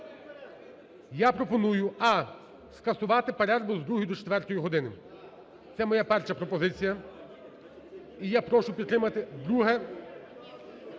Я пропоную: а) скасувати перерву з 2 до 4 години. Це моя перша пропозиція. І я прошу підтримати. Друге.